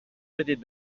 بدید